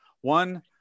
One